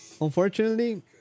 unfortunately